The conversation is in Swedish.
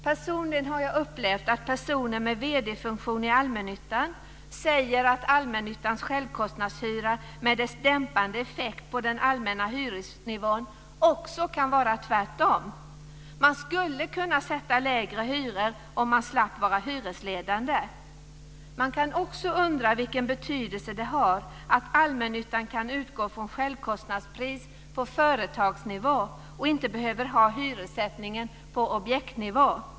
Personligen har jag upplevt att personer med vdfunktion i allmännyttan säger att allmännyttans självkostnadshyra med dess dämpande effekt på den allmänna hyresnivån också kan verka tvärtom. Man skulle kunna sätta lägre hyror, om man slapp vara hyresledande. Man kan också undra vilken betydelse det har att allmännyttan kan utgå från självkostnadspris på företagsnivå och inte behöver ha hyressättningen på objektnivå.